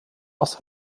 aus